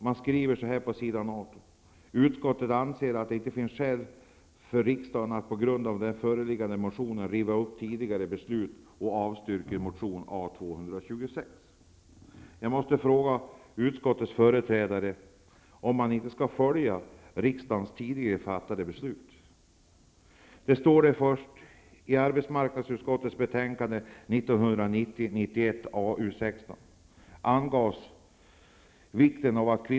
Man skriver så här på s. 18: ''Utskottet anser att det inte finns skäl för riksdagen att på grund av den nu föreliggande motionen riva upp sitt tidigare beslut och avstyrker motion A226.''